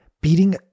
beating